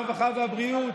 הרווחה והבריאות,